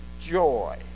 joy